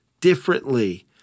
differently